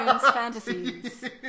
fantasies